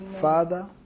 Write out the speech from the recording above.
Father